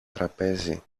τραπέζι